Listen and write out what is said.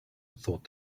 thought